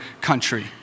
country